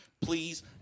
Please